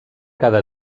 cada